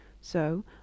So